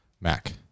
Mac